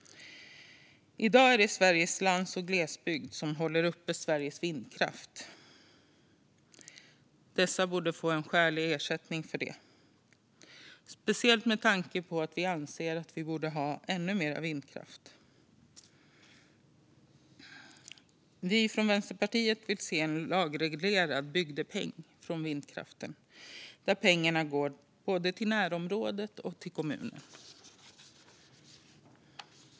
I dag är det Sveriges lands och glesbygd som håller uppe Sveriges vindkraft. Dessa delar av landet borde få en skälig ersättning för detta, speciellt med tanke på att vi anser att vi borde ha ännu mer vindkraft. Vi från Vänsterpartiet vill se en lagreglerad bygdepeng från vindkraften där pengarna går både till närområdet och till kommunen.